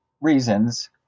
reasons